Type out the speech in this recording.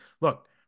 look